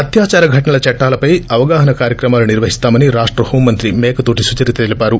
అత్యాచార ఘటనల చట్లాలపై అవగాహన కార్యక్రమాలు నిర్వహిస్తామని రాష్ట హోం మంత్ర మేకతోటి సుచరిత తెలిపారు